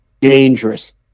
dangerous